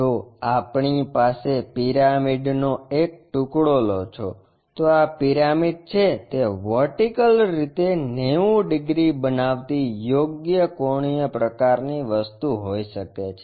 જો આપણી પાસે પિરામિડ નો એક ટુકડો લે છે તો આ પિરામિડ છે તે વર્ટિકલ રીતે 90 ડિગ્રી બનાવતી યોગ્ય કોણીય પ્રકારની વસ્તુ હોઈ શકે છે